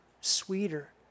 sweeter